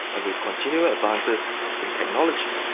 and with continual advances in technology,